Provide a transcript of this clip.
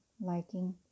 liking